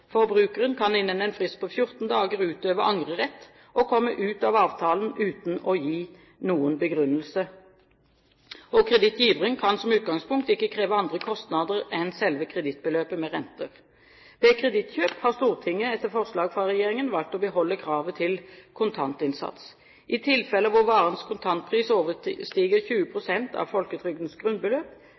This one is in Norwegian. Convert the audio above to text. Forbrukeren kan innen en frist på 14 dager utøve angrerett og komme ut av avtalen uten å gi noen begrunnelse. Kredittgiveren kan som utgangspunkt ikke kreve andre kostnader enn selve kredittbeløpet med renter. Ved kredittkjøp har Stortinget etter forslag fra regjeringen valgt å beholde kravet til kontantinnsats. I tilfeller hvor varens kontantpris overstiger 20 pst. av folketrygdens grunnbeløp,